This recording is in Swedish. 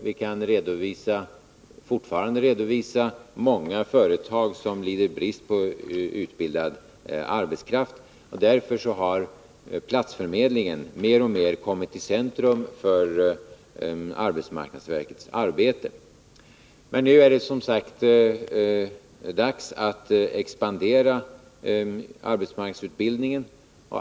Vi kan fortfarande redovisa många företag som lider brist på utbildad arbetskraft. Därför har platsförmedlingen mer och mer kommit i centrum för arbetsmarknadsverkets arbete. Men nu är det som sagt dags att expandera arbetsmarknadsutbildningen.